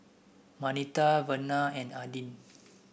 Marnita Vena and Adin